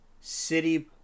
city